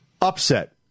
upset